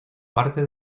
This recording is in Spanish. parte